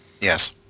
Yes